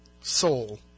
soul